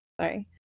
sorry